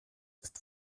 ist